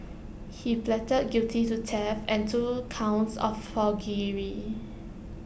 he pleaded guilty to theft and two counts of forgery